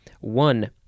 One